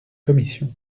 commissions